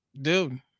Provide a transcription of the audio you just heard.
dude